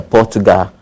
Portugal